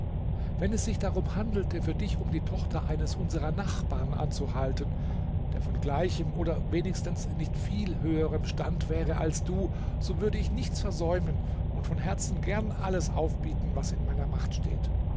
wenn es sich darum handelte für dich um die tochter eines unserer nachbarn anzuhalten der von gleichem oder wenigstens nicht viel höherem stand wäre als du so würde ich nichts versäumen und von herzen gern alles aufbieten was in meiner macht steht